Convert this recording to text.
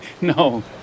No